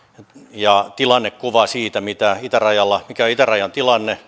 ja tilannekuva siitä mikä on itärajan tilanne